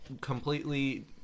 Completely